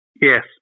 Yes